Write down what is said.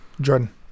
Jordan